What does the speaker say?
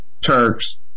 Turks